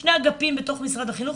שני אגפים בתוך משרד החינוך,